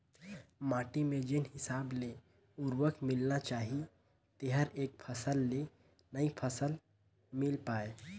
माटी में जेन हिसाब ले उरवरक मिलना चाहीए तेहर एक फसल ले नई फसल मिल पाय